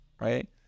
right